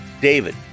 David